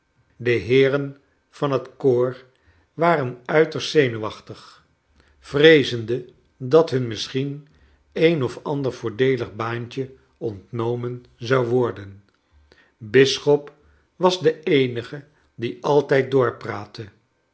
de heeren van het koor waren uiterst zenuwachtig vreezende dat h un misschien een of ander voordeelig baantje ontnomen zou worden bisschop was de eenige die altijd